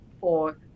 four